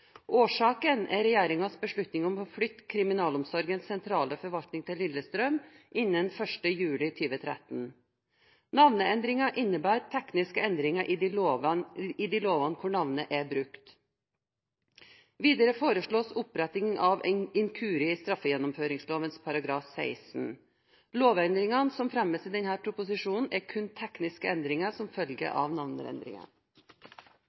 Årsaken er regjeringens beslutning om å flytte Kriminalomsorgens sentrale forvaltning til Lillestrøm innen 1. juli 2013. Navneendringen innebærer tekniske endringer i de lovene hvor navnet er brukt. Videre foreslås oppretting av en inkurie i straffegjennomføringslovens § 16. Lovendringene som fremmes i denne proposisjonen, er kun tekniske endringer som